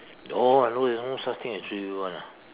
don't I know there's no such thing as three wheel one lah